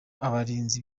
abarinzi